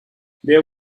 there